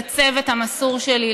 לצוות המסור שלי,